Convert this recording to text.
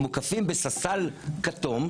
מוקפים בסס"ל כתום,